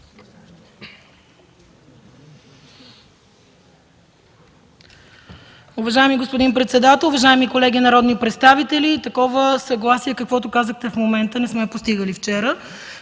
Уважаеми господин председател, уважаеми колеги народни представители! Такова съгласие, каквото казахте в момента, не сме постигали вчера.